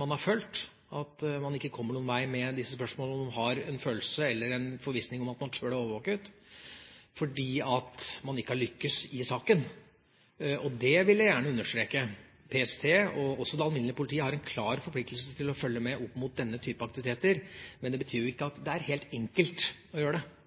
man har følt at man ikke kommer noen vei med disse spørsmålene, at man har en følelse av eller en forvissning om at man sjøl er overvåket, fordi man ikke har lyktes i saken. Det vil jeg gjerne understreke: PST og også det alminnelige politiet har en klar forpliktelse til å følge med opp mot denne type aktiviteter, men det betyr jo ikke at det er helt enkelt å gjøre det.